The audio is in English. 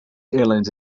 airlines